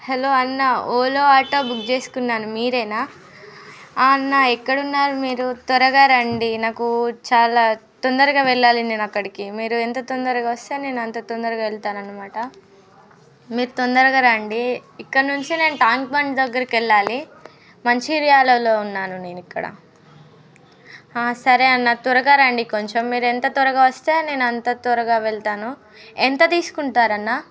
hello అన్న Ola auto book చేసుకున్నాను మీరేనా అన్న ఎక్కడున్నారు మీరు త్వరగా రండి నాకు చాలా తొందరగా వెళ్ళాలి నేను అక్కడికి మీరు ఎంత తొందరగా వస్తే నేను అంత తొందరగా వెళ్తాను అనమాట మీరు తొందరగా రండి ఇక్కడి నుంచి నేను ట్యాంక్ బండ్ దగ్గరికెళ్ళాలి మంచిర్యాలలో ఉన్నాను నేనిక్కడ సరే అన్న త్వరగా రండి కొంచెం మీరెంత త్వరగా వస్తే నేనంత త్వరగా వెళ్తాను ఎంత తీసుకుంటారన్న